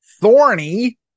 thorny